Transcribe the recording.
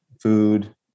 food